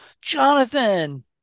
Jonathan